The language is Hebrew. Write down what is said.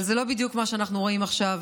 אבל זה לא בדיוק מה שאנחנו רואים עכשיו,